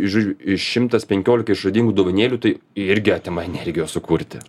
i žodžiu i šimtas penkiolika išradingų dovanėlių tai irgi atima energijos sukurti